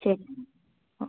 ശരി ഓക്കെ